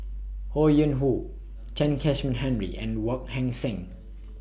Ho Yuen Hoe Chen Kezhan Henri and Wong Heck Sing